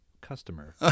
customer